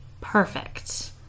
perfect